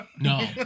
no